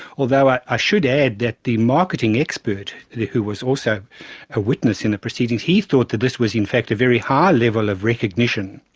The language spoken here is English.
although i ah should add that the marketing expert who was also a witness in the proceedings, he thought that this was in fact a very high level of recognition.